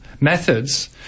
methods